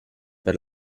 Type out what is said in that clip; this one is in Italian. per